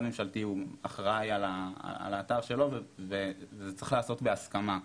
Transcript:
ממשלתי הוא אחראי על האתר שלו וזה צריך להיעשות בהסכמה.